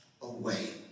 away